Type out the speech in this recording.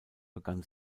begann